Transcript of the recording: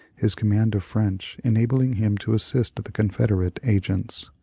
his command of french enabling him to assist the confederate agents.